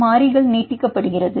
ஒரு மாறிகள் நீட்டிக்கப்படுகிறது